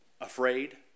afraid